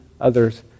others